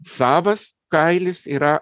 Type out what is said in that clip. savas kailis yra